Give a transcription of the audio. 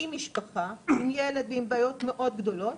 עם משפחה ועם ילד ועם בעיות מאוד גדולות